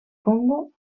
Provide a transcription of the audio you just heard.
congo